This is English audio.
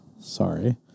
Sorry